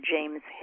James